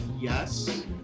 yes